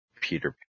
Peter